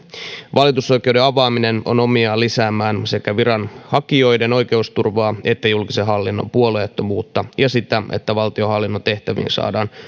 valitusoikeuden avaaminen on omiaan lisäämään sekä viranhakijoiden oikeusturvaa että julkisen hallinnon puolueettomuutta ja sitä että valtionhallinnon tehtäviin saadaan